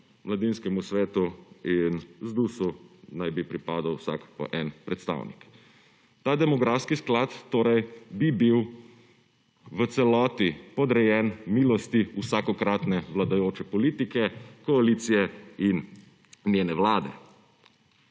mladinskemu svetu in ZDUS naj bi pripadal vsak po en predstavnik. Ta demografski sklad torej bi bil v celoti podrejen milosti vsakokratne vladajoče politike, koalicije in njene Vlade.